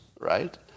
right